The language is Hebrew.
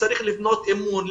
צריך לבנות אמון.